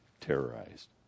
terrorized